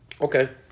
Okay